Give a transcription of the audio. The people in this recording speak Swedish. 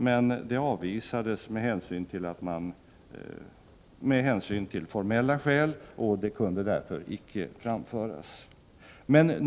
Detta avvisades emellertid av formella skäl, och de kunde därför icke framföras.